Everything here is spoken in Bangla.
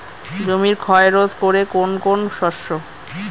জমির ক্ষয় রোধ করে কোন কোন শস্য?